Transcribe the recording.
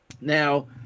Now